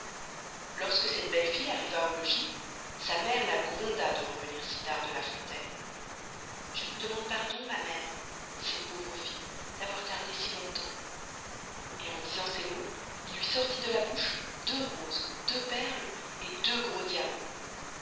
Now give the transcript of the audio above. lorsque cette belle fille arriva au logis sa mere la gronda de revenir si tard de la fontaine je vous demande pardon ma mere dit cette pauvre fille d'avoir tardé si long-temps et en disant ces mots il luy sortit de la bouche deux roses deux perles et deux gros diamans